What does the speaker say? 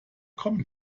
kommen